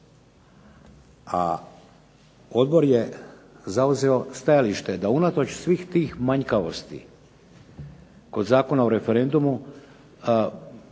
A Odbor je zauzeo stajalište da unatoč svih tih manjkavosti kod Zakona o referendumu